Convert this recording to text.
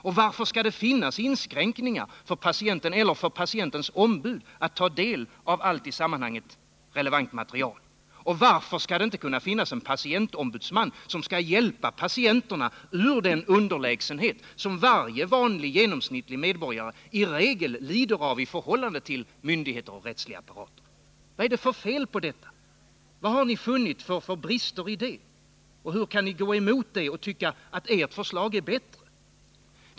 Och varför skall det finnas inskränkningar för patienten eller dennes ombud när det gäller att ta del av allt i sammanhanget relevant material? Och varför skall det inte finnas en patientombudsman, som skall hjälpa patienterna ur den underlägsenhet som varje vanlig genomsnittlig medborgare i regel lider av i förhållande till myndigheter och rättsapparat? Vad är det för fel på allt detta? Vad har ni funnit för brister i det, och hur kan ni gå emot det och tycka att ert förslag är bättre?